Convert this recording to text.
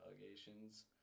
allegations